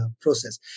process